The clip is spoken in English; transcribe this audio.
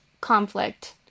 conflict